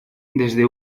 desde